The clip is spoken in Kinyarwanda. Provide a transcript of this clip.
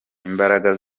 imbaraga